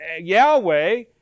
Yahweh